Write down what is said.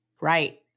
Right